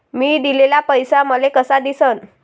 मी दिलेला पैसा मले कसा दिसन?